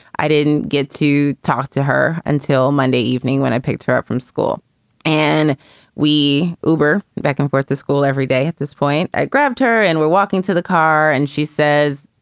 i didn't get to talk to her until monday evening when i picked her up from school and we uber back and forth to school every day at this point. i grabbed her and we're walking to the car and she says,